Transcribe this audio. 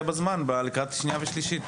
בזמן - לקראת קריאה שנייה ושלישית.